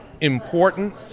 important